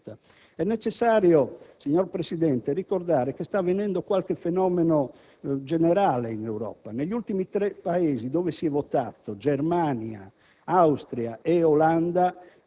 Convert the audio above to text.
transizione italiana sarà terminata. È necessario, signor Presidente, ricordare che sta avvenendo un fenomeno generalizzato in Europa. Negli ultimi tre Paesi dove si è votato (Germania,